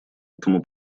этому